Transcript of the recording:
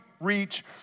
reach